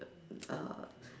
err